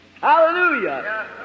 Hallelujah